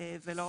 ולא